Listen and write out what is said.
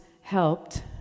helped